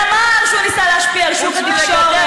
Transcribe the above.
ואמר שהוא ניסה להשפיע על שוק התקשורת.